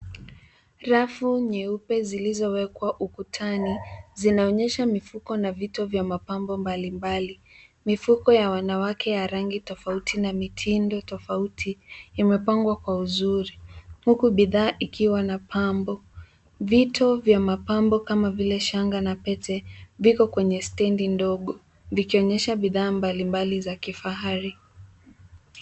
Rafu nyeupe zilizowekwa ukutani, zinaonyesha mifuko na vito vya mapambo mbalimbali. Mifuko ya wanawake ya rangi tofauti na mitindo tofauti, imepangwa kwa uzuri, huku bidhaa ikiwa na pambo. Vitu vya mapambo kama vile shanga na pete, viko kwenye stendi ndogo, vikionyesha bidhaa mbalimbali za kifahari.